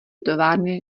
továrny